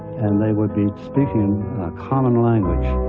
and they would be speaking and a common language.